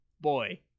boy